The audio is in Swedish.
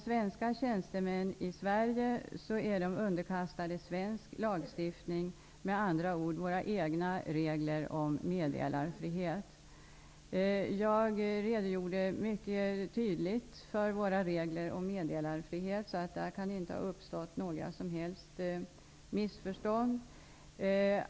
Svenska tjänstemän i Sverige är underkastade svensk lagstiftning, med andra ord våra egna regler om meddelarfrihet. Jag redogjorde mycket tydligt för våra regler om meddelarfrihet, så där kan det inte ha uppstått några som helst missförstånd.